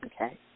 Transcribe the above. Okay